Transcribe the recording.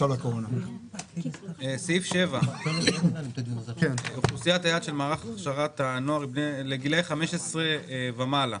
סעיף 7. אוכלוסיית היעד של מערך הכשרת הנוער לגילאי 15 ומעלה.